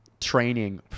training